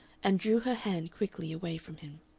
and drew her hand quickly away from him.